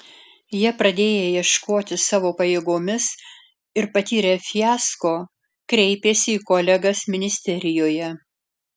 jie pradėję ieškoti savo pajėgomis ir patyrę fiasko kreipėsi į kolegas ministerijoje